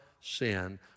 sin